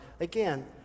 Again